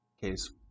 case